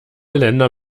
länder